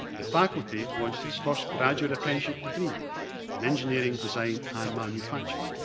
the faculty won it's first graduate apprenticeship degree in engineering design and manufacture.